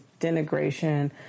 denigration